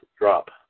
drop